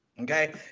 okay